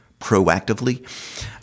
proactively